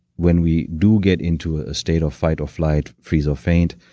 when we do get into a state of fight or flight, freeze or faint,